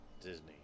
Disney